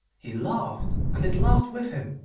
he laughed, and it laughed with him,